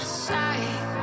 side